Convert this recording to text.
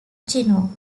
gino